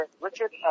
Richard